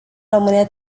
rămâne